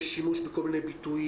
היות ויש שימוש בכל מיני ביטויים,